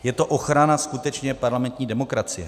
Je to ochrana skutečně parlamentní demokracie.